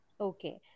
Okay